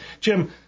Jim